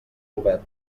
govern